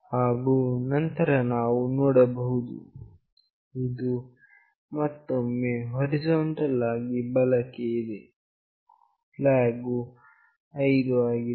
ಹಾಗು ನಂತರ ನಾವು ನೋಡಬಹುದು ಇದು ಮತ್ತೊಮ್ಮೆ ಹೊರಿಜಾಂಟಲ್ ಆಗಿ ಬಲಕ್ಕೆ ಇದೆ flag ವು 5 ಆಗಿದೆ